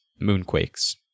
moonquakes